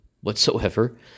whatsoever